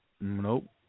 Nope